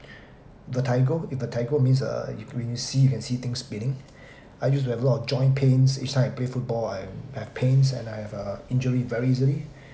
vertigo uh vertigo means uh when you see you can see things spinning I used to have a lot of joint pains each time I play football I I have pains and I have uh injury very easily